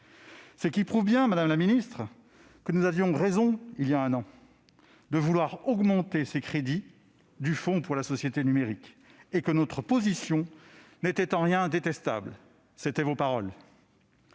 ce qui prouve bien, madame la ministre, que nous avions raison il y a un an de vouloir augmenter les crédits du Fonds pour la société numérique. Notre position n'était en rien « détestable »- votre